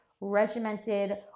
regimented